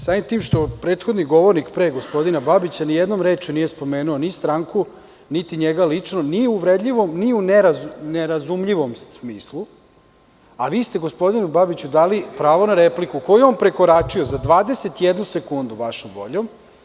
Samim tim što prethodni govornik pre gospodina Babića nijednom rečju nije spomenuo ni stranku, niti njega lično, ni uvredljivo, ni u nerazumljivom smislu, a vi ste gospodinu Babiću dali pravo na repliku koju je on prekoračio za 21 sekundu vašom voljom.